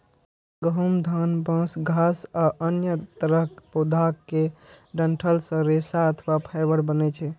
गहूम, धान, बांस, घास आ अन्य तरहक पौधा केर डंठल सं रेशा अथवा फाइबर बनै छै